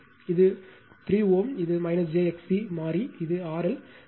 இது 3 Ω இது j XC மாறி இது RL